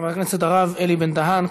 חבר הכנסת הרב אלי בן-דהן.